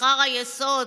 שכר היסוד.